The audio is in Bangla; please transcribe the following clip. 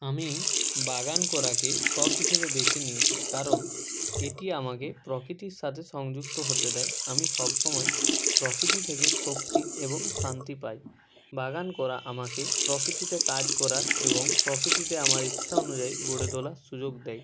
আমি বাগান করাকে শখ হিসেবে বেছে নিয়েছি কারণ এটি আমাকে প্রকৃতির সাথে সংযুক্ত হতে দেয় আমি সব সময় প্রকৃতি থেকে শক্তি এবং শান্তি পাই বাগান করা আমাকে প্রকৃতিতে কাজ করার এবং প্রকৃতিকে আমার ইচ্ছা অনুযায়ী গড়ে তোলার সুযোগ দেয়